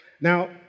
Now